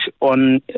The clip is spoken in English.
on